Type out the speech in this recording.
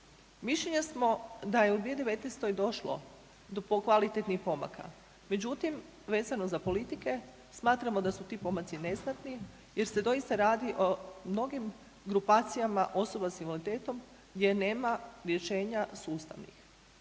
Mišljenja smo da je u 2019. došlo do kvalitetnih pomaka, međutim vezano za politike smatramo da su ti pomaci neznatni jer se doista radi o mnogim grupacijama osoba s invaliditetom gdje nema rješenja sustavnih.